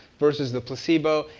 versus the placebo.